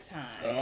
time